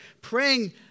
praying